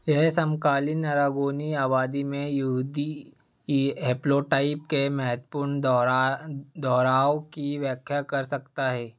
यह समकालीन अरागोनी आबादी में यहूदी हैप्लोटाइप के महत्वपूर्ण दोहरा दोहराव की व्याख्या कर सकता है